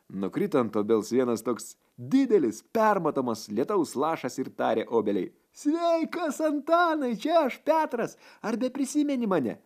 nukrito ant obels vienas toks didelis permatomas lietaus lašas ir tarė obeliai sveikas antanai čia aš petras ar prisimeni mane